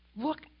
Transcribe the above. Look